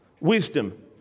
Wisdom